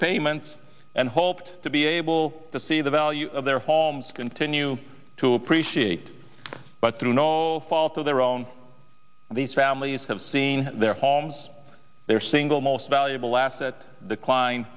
payments and hoped to be able to see the value of their homes continue to appreciate but through no fault of their own these families have seen their homes their single most valuable asset